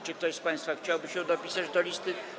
Czy ktoś z państwa chciałby się dopisać do listy?